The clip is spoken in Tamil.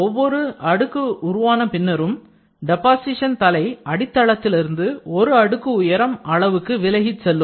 ஒவ்வொரு அடுக்கு உருவான பின்னரும் டெபாசிஷன் தலை அடித்தளத்திலிருந்து ஒரு அடுக்கு உயரம் அளவுக்கு விலகிச் செல்லும்